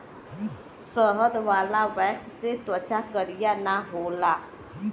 शहद वाला वैक्स से त्वचा करिया ना होला